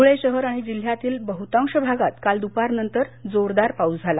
ध्ळे शहर आणि जिल्ह्यातील बहृतांश भागात काल दुपार नंतर जोरदार पाऊस झाला